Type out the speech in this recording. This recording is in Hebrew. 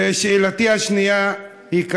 ושאלתי השנייה היא: